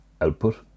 output